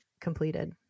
completed